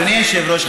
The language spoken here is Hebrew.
אדוני היושב-ראש,